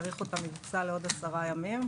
האריכו את המבצע לעוד עשרה ימים.